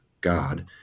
God